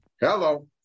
Hello